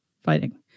fighting